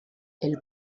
elle